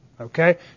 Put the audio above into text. Okay